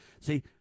see